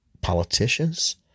Politicians